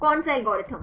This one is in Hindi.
कौन सा एल्गोरिथम